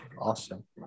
Awesome